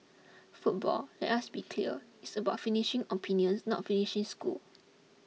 football let us be clear is about finishing opponents not finishing school